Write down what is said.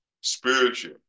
Spiritual